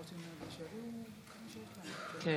גברתי היושבת בראש, ברכותיי,